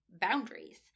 boundaries